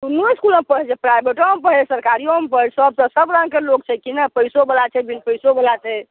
दुनू इसकुलमे पढ़ै छै प्राइवेटोमे पढ़ै छै सरकारियोमे पढ़ै छै सभसँ सभ रङ्गके लोक छै कि ने पैसोवला छै बिन पैसोवला छै